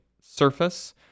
surface